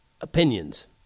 opinions